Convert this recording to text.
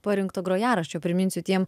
parinkto grojaraščio priminsiu tiem